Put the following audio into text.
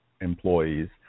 employees